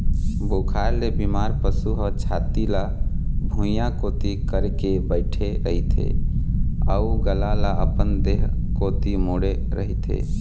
बुखार ले बेमार पशु ह छाती ल भुइंया कोती करके बइठे रहिथे अउ गला ल अपन देह कोती मोड़े रहिथे